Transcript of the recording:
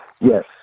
Yes